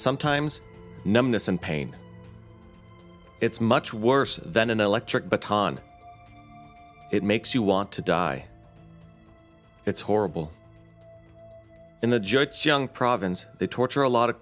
sometimes numbness and pain it's much worse than an electric but tahn it makes you want to die it's horrible and the judge young province they torture a lot of